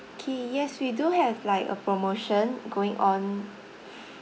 K yes we do have like a promotion going on